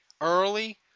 early